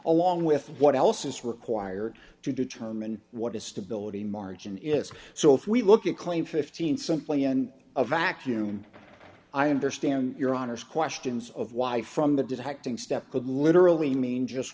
along with what else is required to determine what is stability margin is so if we look at claim fifteen simply end of vacuum i understand your honour's questions of why from the detecting step could literally mean just